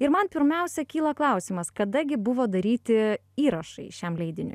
ir man pirmiausia kyla klausimas kada gi buvo daryti įrašai šiam leidiniui